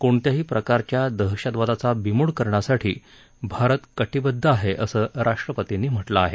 कोणत्याही प्रकारच्या दहशतवादाचा बिमोड करण्यासाठी भारत कटीबद्ध आहे असं राष्ट्रपतींनी म्हटलं आहे